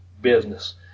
business